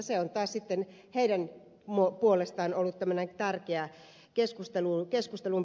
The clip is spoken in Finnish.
se on taas sitten heidän puolestaan ollut tärkeä keskustelun peruste